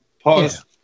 Pause